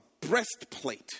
breastplate